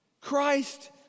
Christ